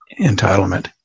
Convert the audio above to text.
entitlement